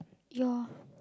yeah